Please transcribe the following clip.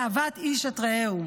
באהבת איש את רעהו.